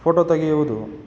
photo ತೆಗೆಯುವುದು